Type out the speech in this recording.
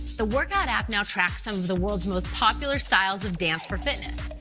the workout app now tracks some of the world's most popular styles of dance for fitness.